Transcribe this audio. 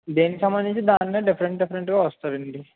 దేనికి సంబంధించింది దానిదే డిఫరెంట్ డిఫరెంట్ గా వస్తుందండి